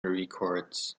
records